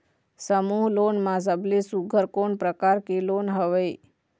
समूह लोन मा सबले सुघ्घर कोन प्रकार के लोन हवेए?